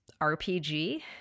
RPG